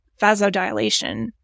vasodilation